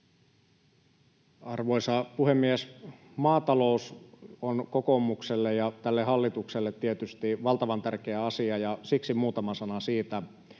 Arvoisa puhemies! Maatalous on kokoomukselle ja tälle hallitukselle tietysti valtavan tärkeä asia, ja siksi muutama sana siitä.